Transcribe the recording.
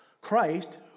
Christ